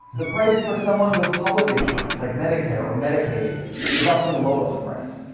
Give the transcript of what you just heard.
the price for someone with public insurance like medicare or medicaid is often the lowest price.